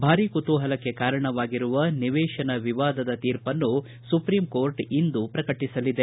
ಭಾರೀ ಕುತೂಹಲಕ್ಕೆ ಕಾರಣವಾಗಿರುವ ನಿವೇಶನ ವಿವಾದದ ತೀರ್ಪನ್ನು ಸುಪ್ರೀಂಕೋರ್ಟ್ ಇಂದು ಪ್ರಕಟಿಸಲಿದೆ